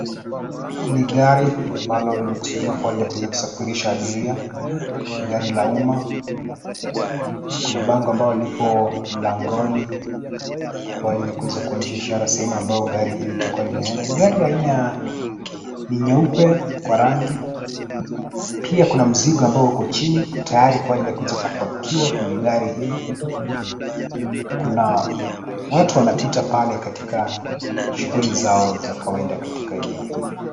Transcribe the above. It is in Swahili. Hii ni gari ambalo limekusudiwa kwa ajili ya kuweza kusafirisha abiria, gari la umma. Kuna bango ambalo lipo mlangoni kwa ajili ya kuweza kuonyesha ishara sehemu ambayo gari hili litakuwa linaenda. Ni gari aina ya, ni nyeupe kwa rangi, pia kuna mzigo ambao uko chini tayari kuweza kupakiwa kwenye gari hili, kuna watu wanapita pale katika shuguli zao za kawaida katika eneo hili.